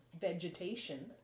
vegetation